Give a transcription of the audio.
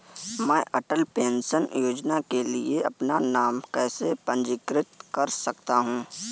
मैं अटल पेंशन योजना के लिए अपना नाम कैसे पंजीकृत कर सकता हूं?